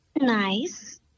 nice